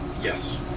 Yes